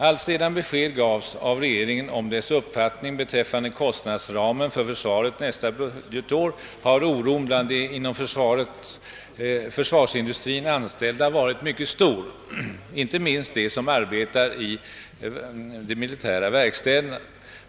Alltsedan besked gavs av regeringen om dess uppfattning beträffande kostnadsramen för försvaret nästa budgetår har oron bland de inom försvarsindustrin anställda varit mycket stor, inte minst hos dem som arbetar i underhållsverkstäderna.